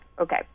okay